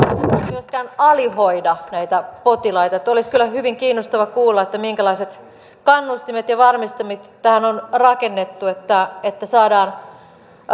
myöskään alihoida potilaita että olisi kyllä hyvin kiinnostavaa kuulla minkälaiset kannustimet ja varmistimet tähän on rakennettu että että saadaan